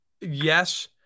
yes